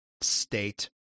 state